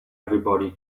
everybody